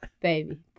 baby